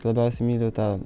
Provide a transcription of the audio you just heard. labiausiai myliu tą